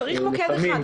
צריך מוקד אחד.